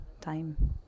time